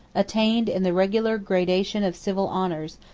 attained, in the regular gradation of civil honors,